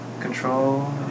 control